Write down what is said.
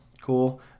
cool